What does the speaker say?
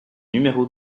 numéro